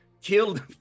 killed